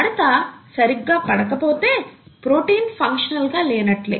మడత సరిగ్గా పడకపోతే ప్రోటీన్ ఫంక్షనల్ గా లేనట్లే